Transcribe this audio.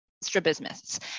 strabismus